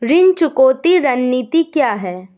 ऋण चुकौती रणनीति क्या है?